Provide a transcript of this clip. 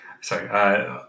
Sorry